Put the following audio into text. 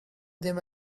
them